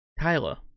Tyler